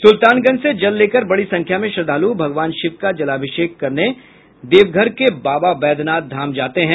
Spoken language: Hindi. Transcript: सुल्तानगंज से जल लेकर बड़ी संख्या में श्रद्धालु भगवान शिव का जलाभिषेक करने देवघर के बाबा वैद्यनाथ धाम जाते हैं